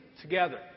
together